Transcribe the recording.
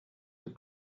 that